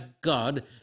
God